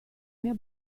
mia